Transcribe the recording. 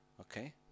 okay